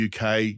UK